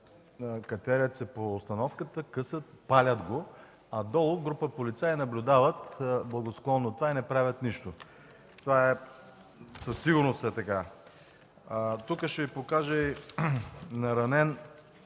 катерят се по установката, късат, палят го, а долу група полицаи наблюдават благосклонно това и не правят нищо. Това със сигурност е така. Тук ще Ви покажа и ранения